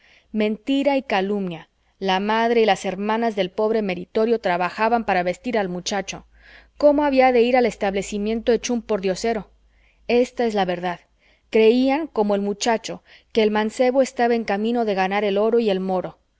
mentira y calumnia la madre y las hermanas del pobre meritorio trabajaban para vestir al muchacho cómo había de ir al establecimiento hecho un pordiosero esta es la verdad creían como el muchacho que el mancebo estaba en camino de ganar el oro y el moro